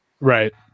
right